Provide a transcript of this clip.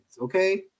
okay